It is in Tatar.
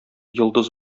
йолдыз